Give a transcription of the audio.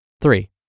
Three